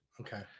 Okay